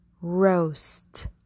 Roast